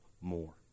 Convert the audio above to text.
more